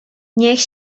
niech